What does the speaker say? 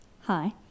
Hi